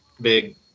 big